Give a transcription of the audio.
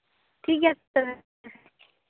ᱴᱷᱤᱠᱜᱮᱭᱟ ᱛᱚᱵᱮ